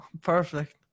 Perfect